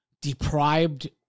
deprived